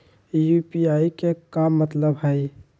UPI के का मतलब हई?